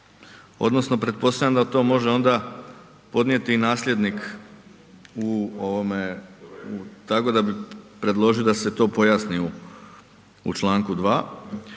odnosno pretpostavljam da to može ona podnijeti nasljednik u ovome, tako da bih predložio da se to pojasni u članku 2.,